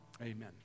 amen